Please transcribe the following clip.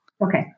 Okay